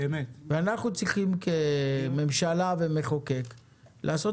ואנחנו צריכים כממשלה וכמחוקקים לעשות